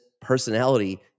personality